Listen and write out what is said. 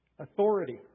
Authority